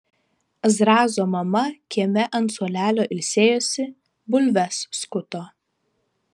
zrazo mama kieme ant suolelio ilsėjosi bulves skuto